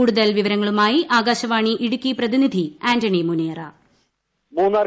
കൂടുതൽ വിവരങ്ങളുമായി ആകാശവാണി ഇടുക്കി പ്രതിനിധി ആന്റണി മുനിയറ